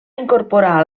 incorporar